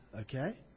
Okay